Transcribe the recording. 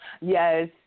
Yes